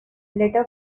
letter